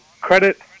credit